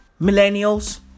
millennials